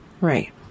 Right